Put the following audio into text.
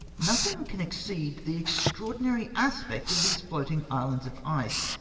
nothing can exceed the extraorchnary aspect of these floatmg islands of ice,